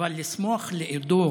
אבל לשמוח לאידו